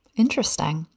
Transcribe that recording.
interesting.